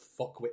fuckwit